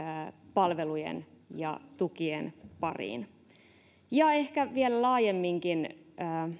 palvelujen ja tukien pariin ja ehkä vielä laajemminkin